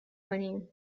کنیم